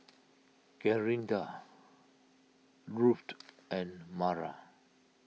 Clarinda Ruthe and Mara